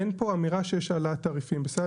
אין פה אמירה שיש העלאת תעריפים, בסדר?